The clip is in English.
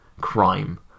crime